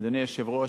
אדוני היושב-ראש,